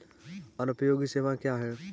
जनोपयोगी सेवाएँ क्या हैं?